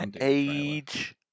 age